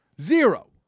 Zero